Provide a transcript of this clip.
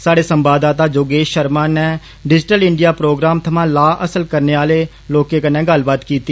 साढ़े संवाददाता योगेश शर्मा ने डिजीटल इण्डिया प्रोग्राम थमां लाह् हासल करने आले कन्नै गल्लबात कीती